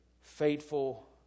faithful